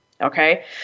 Okay